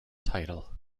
title